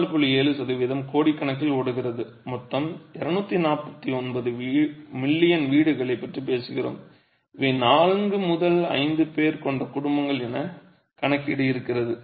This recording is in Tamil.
7 சதவீதம் கோடிக்கணக்கில் ஓடுகிறது மொத்தம் 249 மில்லியன் வீடுகளைப் பற்றி பேசுகிறோம் இவை 4 முதல் 5 பேர் கொண்ட குடும்பங்கள் என கணக்கீடு இருக்கிறது